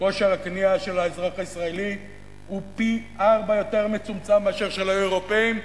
כושר הקנייה של האזרח הישראלי הוא רבע מאשר של האירופים,